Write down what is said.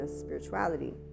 spirituality